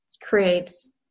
creates